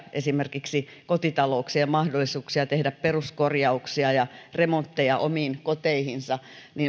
esimerkiksi kotitalouksien mahdollisuuksia tehdä peruskorjauksia ja remontteja omiin koteihinsa